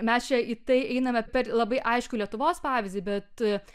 mes čia į tai einame per labai aiškų lietuvos pavyzdį bet